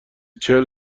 چهل